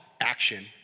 action